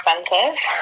expensive